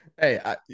hey